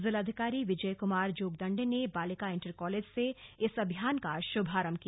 जिलाधिकारी विजय कुमार जोगदंडे ने बालिका इंटर कालेज से इस अभियान का शुभारंभ किया